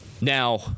Now